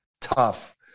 tough